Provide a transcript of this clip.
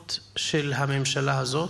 העדיפויות של הממשלה הזאת.